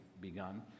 begun